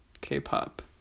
K-pop